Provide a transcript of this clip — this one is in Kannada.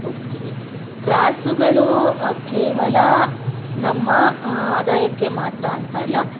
ಹೋಗ್ತೀವಿ ರಾಸುಗಳು ಕೇವಲ ನಮ್ಮ ಆದಾಯಕ್ಕೆ ಮಾತ್ರ ಅಂತ ಅಲ್ಲ